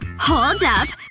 hold up,